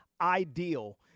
ideal